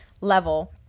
level